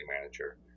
manager